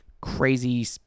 crazy